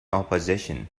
opposition